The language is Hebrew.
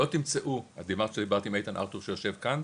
את דיברת עם איתן ארתור שיושב כאן?